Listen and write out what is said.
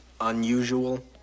unusual